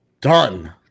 Done